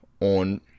on